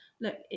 Look